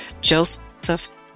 Joseph